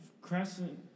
crescent